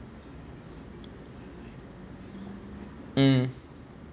mm